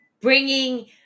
Bringing